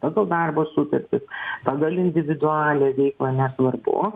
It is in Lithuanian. pagal darbo sutartį pagal individualią veiklą nesvarbu